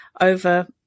over